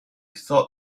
thought